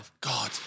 God